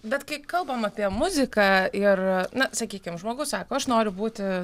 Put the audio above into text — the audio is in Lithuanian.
bet kai kalbam apie muziką ir na sakykim žmogus sako aš noriu būti